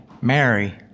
Mary